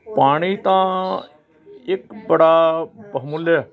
ਪਾਣੀ ਤਾਂ ਇੱਕ ਬੜਾ ਬਹੁਮੁੱਲ